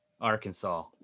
Arkansas